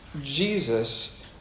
Jesus